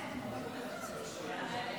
הצעת סיעת העבודה להביע